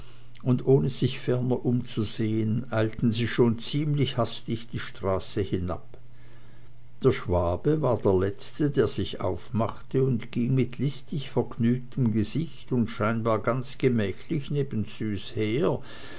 und ohne sich ferner umzusehen eilten sie schon ziemlich hastig die straße hinab der schwabe war der letzte der sich aufmachte und ging mit listig vergnügtem gesicht und scheinbar ganz gemächlich neben züs her